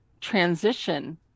transition